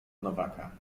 nowaka